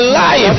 life